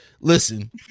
listen